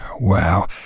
Wow